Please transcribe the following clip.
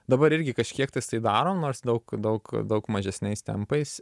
dabar irgi kažkiek tais tai darom nors daug daug daug mažesniais tempais